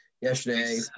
yesterday